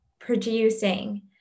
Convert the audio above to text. producing